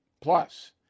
Plus